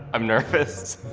i'm nervous.